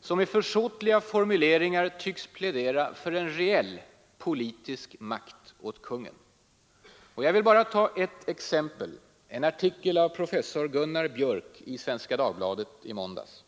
som i försåtliga formuleringar tycks plädera för reell politisk makt åt kungen. Jag vill bara ta ett exempel, en artikel av professor Gunnar Biörck i Svenska Dagbladet i måndags.